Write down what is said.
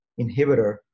inhibitor